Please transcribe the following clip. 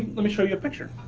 let me show you a picture.